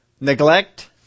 Neglect